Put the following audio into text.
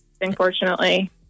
unfortunately